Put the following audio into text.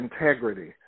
integrity